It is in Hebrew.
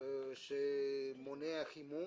שמונע חימום